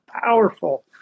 powerful